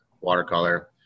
watercolor